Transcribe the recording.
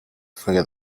forget